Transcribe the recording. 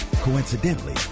Coincidentally